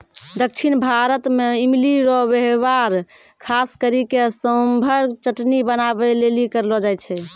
दक्षिण भारत मे इमली रो वेहवार खास करी के सांभर चटनी बनाबै लेली करलो जाय छै